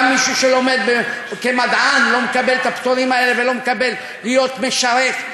גם מי שלומד כמדען לא מקבל את הפטורים האלה ולא מקבל להיות משרת,